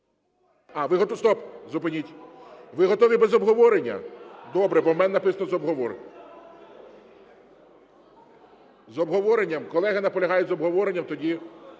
Ви готові без обговорення? Добре, бо в мене написано з обговоренням. З обговоренням? Колеги, наполягають з обговоренням. Тоді